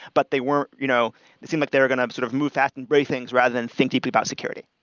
but they weren't you know it seems like they're going to um sort of move fast and break things rather than think deeply about security.